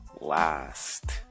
last